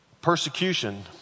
Persecution